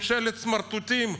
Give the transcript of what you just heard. ממשלת סמרטוטים,